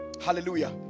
Hallelujah